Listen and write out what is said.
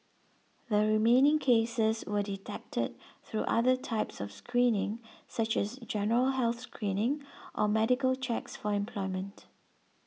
the remaining cases were detected through other types of screening such as general health screening or medical checks for employment